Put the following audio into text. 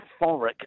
euphoric